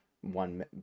one